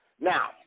now